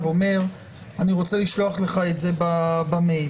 ואומר שהוא רוצה לשלוח את זה במייל,